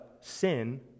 sin